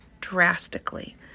drastically